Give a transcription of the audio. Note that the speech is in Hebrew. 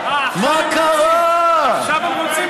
יריב, הולכים הביתה.